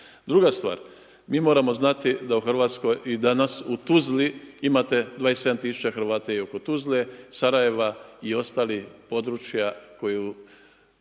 Druga stvar, mi moramo znati, da u Hrvatskoj i danas u Tuzli imate 27000 Hrvata i oko Tuzle, Sarajeva i ostalih područja koja su